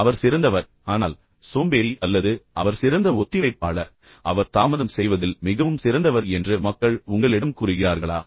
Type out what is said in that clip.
அவர் சிறந்தவர் ஆனால் சோம்பேறி அல்லது அவர் சிறந்த ஒத்திவைப்பாளர் அவர் தாமதம் செய்வதில் மிகவும் சிறந்தவர் என்று மக்கள் உங்களிடம் கூறுகிறார்களா